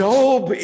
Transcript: Job